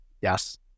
Yes